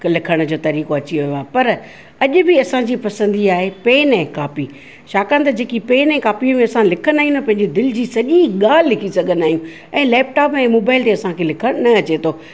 लिखण जो तरीक़ो अची वियो आहे पर अॼु बि असांजी पसंदी आहे पेन ऐं कॉपी छाकाणि त जेकी पेन ऐं कॉपी में असां लिखंदा आहियूं न पंहिंजो दिलि जी सॼी ॻाल्हि लिखी सघंदा आहियूं ऐं लैपटॉप ऐं मोबाइल ते असांखे लिखणु न अचे थो